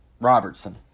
Robertson